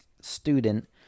student